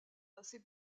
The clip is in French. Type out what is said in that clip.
assez